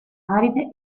aride